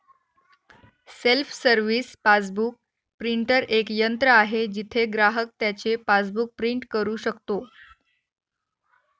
self service passbook printer एक यंत्र आहे जिथे ग्राहक त्याचे पासबुक प्रिंट करू शकतो